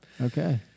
Okay